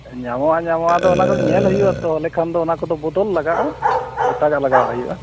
ᱧᱟᱢᱚᱜᱼᱟ ᱧᱟᱢᱚᱜᱼᱟᱫᱚ ᱚᱱᱟ ᱠᱚᱫᱚ ᱧᱮᱞ ᱦᱩᱭᱩᱜᱼᱟ ᱛᱳ ᱛᱟᱦᱚᱞᱮ ᱠᱷᱟᱱ ᱫᱚ ᱚᱱᱟ ᱠᱚᱫᱚ ᱵᱚᱫᱚᱞ ᱞᱟᱜᱟᱜᱼᱟ ᱮᱴᱟᱜᱟᱜ ᱞᱟᱜᱟᱣᱟ ᱦᱩᱭᱩᱜᱼᱟ